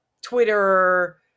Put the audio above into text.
Twitter